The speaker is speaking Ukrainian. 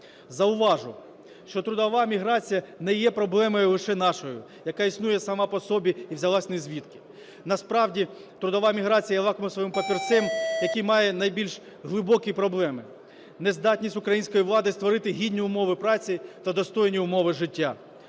Зауважу, що трудова міграція не є проблемою лише нашою, яка існує сама по собі і взялась нізвідки, насправді, трудова міграція є лакмусовим папірцем, який має найбільш глибокі проблеми. Нездатність української влади створити гідні умови праці та достойні умови життя